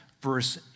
verse